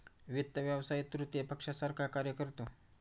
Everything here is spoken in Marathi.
वित्त व्यवसाय तृतीय पक्षासारखा कार्य करतो